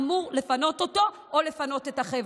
אמור לפנות אותו או לפנות את החבר'ה.